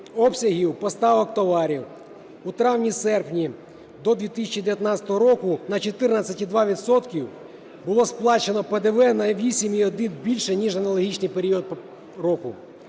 обсягів поставок товарів у травні-серпні до 2019 року на 14,2 відсотка було сплачено ПДВ на 8,1 більше ніж за аналогічний період року.